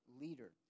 leader